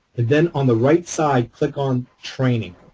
then, on the right side, click on training.